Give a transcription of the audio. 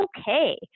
okay